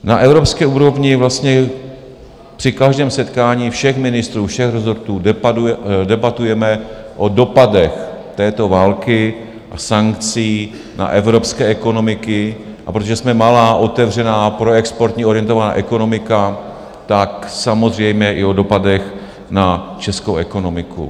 Na evropské úrovni vlastně při každém setkání všech ministrů všech rezortů debatujeme o dopadech této války a sankcí na evropské ekonomiky, a protože jsme malá, otevřená, proexportně orientovaná ekonomika, tak samozřejmě i o dopadech na českou ekonomiku.